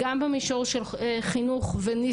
שלנו כבר אחת עשרה שנה,